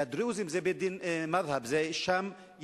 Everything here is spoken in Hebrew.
לדרוזים זה בית-דין מד'הב, זה הישאם.